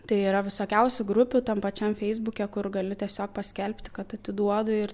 tai yra visokiausių grupių tam pačiam feisbuke kur gali tiesiog paskelbti kad atiduodu ir